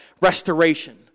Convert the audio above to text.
restoration